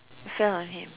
you fell on him